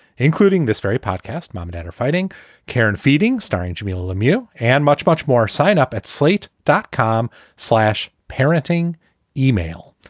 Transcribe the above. including this very podcast. mom or dad are fighting care and feeding, starring jamilah lemieux and much, much more. sign up at. slate dot com slash parenting email.